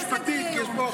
אני מציע להמתין.